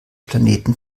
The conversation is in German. planeten